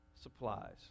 supplies